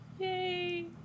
Yay